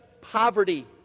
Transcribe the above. poverty